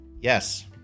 Yes